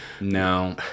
no